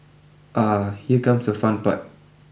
ah here comes the fun part